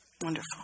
Wonderful